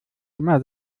immer